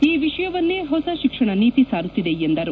ಈ ವಿಷಯವನ್ನೆ ಹೊಸ ಶಿಕ್ಷಣ ನೀತಿ ಸಾರುತ್ತಿದೆ ಎಂದರು